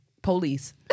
Police